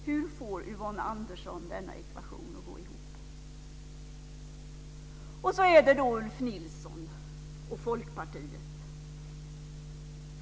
Hur får Yvonne Andersson denna ekvation att gå ihop? Och så är det Ulf Nilsson och Folkpartiet.